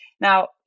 Now